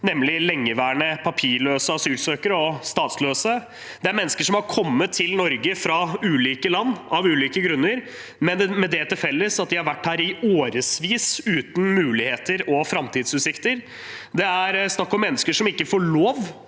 nemlig lengeværende papirløse asylsøkere og statsløse. Det er mennesker som har kommet til Norge fra ulike land av ulike grunner med det til felles at de har vært her i årevis uten muligheter og framtidsutsikter. Det er snakk om mennesker som ikke får lov